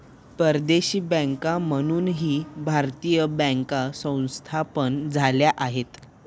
परदेशी बँका म्हणूनही भारतीय बँका स्थापन झाल्या आहेत